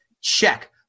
check